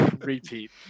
repeat